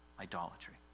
idolatry